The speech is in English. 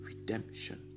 Redemption